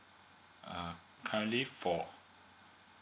uh currently for